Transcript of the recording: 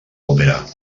òpera